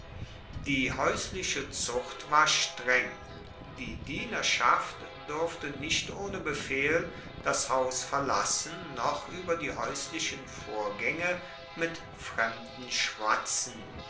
die haeusliche zucht war streng die dienerschaft durfte nicht ohne befehl das haus verlassen noch ueber die haeuslichen vorgaenge mit fremden schwatzen